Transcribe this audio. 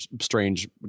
strange